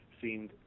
seemed